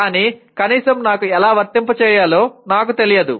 కానీ కనీసం నాకు ఎలా వర్తింపచేయాలో నాకు తెలియదు